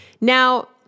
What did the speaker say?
Now